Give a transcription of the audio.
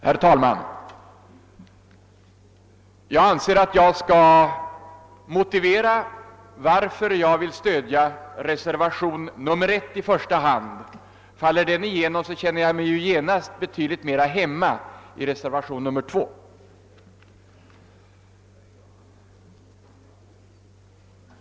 Herr talman! Jag anser att jag skall motivera varför jag vill stödja reservationen 1 i första hand. Faller den igenom känner jag mig genast betydligt mera hemma i reservationen 2.